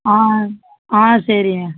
ஆ ஆ சரிங்க